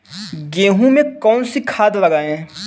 गेहूँ में कौनसी खाद लगाएँ?